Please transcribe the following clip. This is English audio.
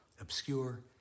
obscure